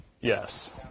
Yes